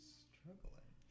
struggling